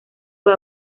fue